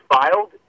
filed